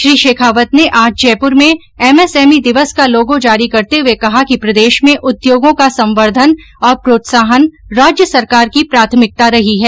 श्री शेखावत ने आज जयपूर में एमएसएमई दिवस का लोगो जारी करते हुए कहा कि प्रदेश में उद्योगों का संवर्द्वन और प्रोत्साहन राज्य सरकार की प्राथमिकता रही है